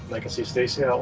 i can see stacy.